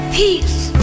peace